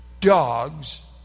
dogs